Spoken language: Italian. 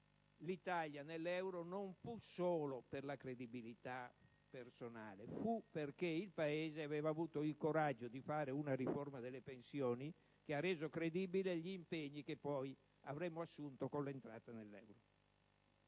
l'Italia nell'euro non fu solo per la loro credibilità personale, ma perché il Paese aveva avuto il coraggio di fare una riforma delle pensioni che ha reso credibili gli impegni che poi avremmo assunto con l'entrata nell'euro.